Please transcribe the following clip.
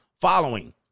following